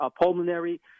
pulmonary